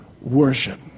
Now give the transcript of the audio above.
worship